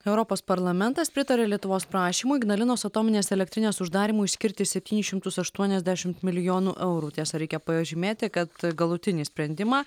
europos parlamentas pritarė lietuvos prašymui ignalinos atominės elektrinės uždarymui skirti septynis šimtus aštuoniasdešimt milijonų eurų tiesa reikia pažymėti kad galutinį sprendimą